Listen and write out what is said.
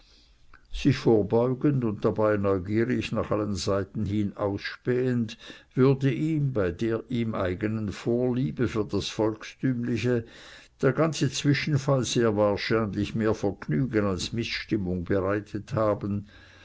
sich vorbeugend und dabei neugierig nach allen seiten hin ausspähend würde ihm bei der ihm eigenen vorliebe für das volkstümliche der ganze zwischenfall sehr wahrscheinlich mehr vergnügen als mißstimmung bereitet haben